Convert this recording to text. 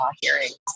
hearings